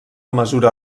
mesura